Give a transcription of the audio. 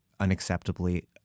unacceptably